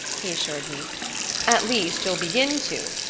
he assured me at least you'll begin to,